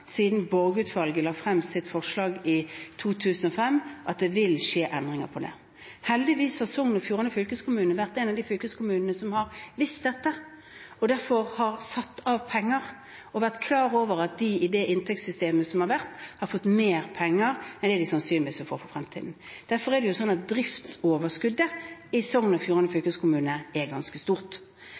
at det vil skje endringer i det. Heldigvis har Sogn og Fjordane fylkeskommune vært en av de fylkeskommunene som har visst dette, og som derfor har satt av penger og vært klar over at de med det inntektssystemet som har vært, har fått mer penger enn de sannsynligvis vil få i fremtiden. Derfor er driftsoverskuddet i Sogn og Fjordane fylkeskommune ganske stort.